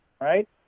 right